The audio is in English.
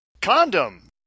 condom